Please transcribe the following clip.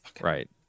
Right